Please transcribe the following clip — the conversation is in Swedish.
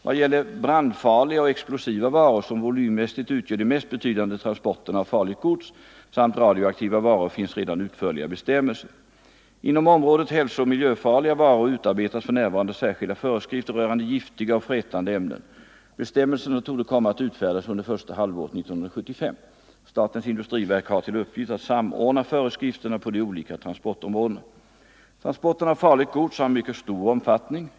Vad gäller brandfarliga och explosiva varor, som volymmässigt utgör de mest betydande transporterna av farligt gods, samt radioaktiva varor finns redan utförliga bestämmelser. Inom området hälsooch miljöfarliga varor utarbetas för närvarande särskilda föreskrifter rörande giftiga och frätande ämnen. Bestämmelserna torde komma att utfärdas under första halvåret 1975. Statens industriverk har till uppgift att samordna föreskrifterna på de olika transportområdena. Transporterna av farligt gods har en mycket stor omfattning.